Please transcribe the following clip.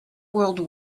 world